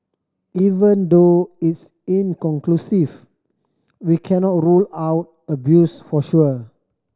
even though it's inconclusive we cannot rule out abuse for sure